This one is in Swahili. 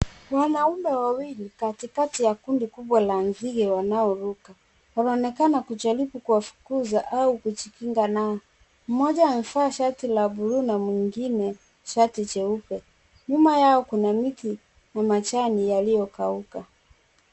Wanaume wawili katikati ya kundi kubwa la nzige wanaoruka. Wanaonekana kujaribu kuwafukuza au kujikinga nao. Mmoja amevaa shati la buluu na mwingine shati jeupe. Nyuma yao kuna miti na majani yaliyo kauka.